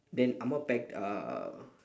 then amma packed uh